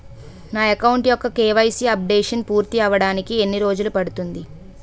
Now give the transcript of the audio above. నా అకౌంట్ యెక్క KYC updation పూర్తి అవ్వడానికి ఎన్ని రోజులు పడుతుంది?